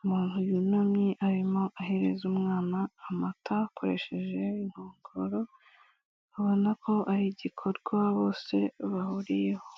umuntu yunamye arimo ahereza umwana amata, akoresheje inkongoro. Ubona ko ari igikorwa bose bahuriyeho.